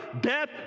death